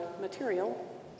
material